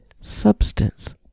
substance